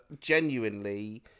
genuinely